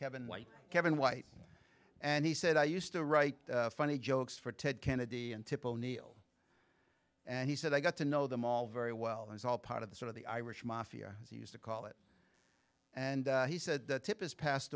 white kevin white and he said i used to write funny jokes for ted kennedy and tip o'neill and he said i got to know them all very well and it's all part of the sort of the irish mafia as he used to call it and he said the tip is passed